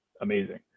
amazing